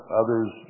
others